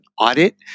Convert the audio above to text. audit